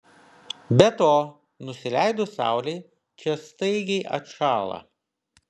be to nusileidus saulei čia staigiai atšąla